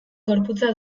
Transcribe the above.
gorputza